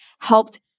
helped